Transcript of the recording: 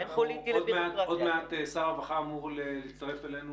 עוד מעט שר הרווחה אמור להצטרף אלינו,